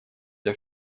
для